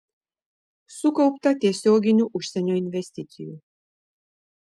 sukaupta tiesioginių užsienio investicijų